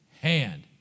hand